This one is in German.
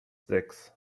sechs